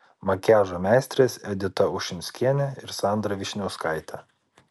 makiažo meistrės edita ušinskienė ir sandra vyšniauskaitė